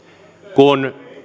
kun